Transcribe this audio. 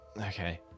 Okay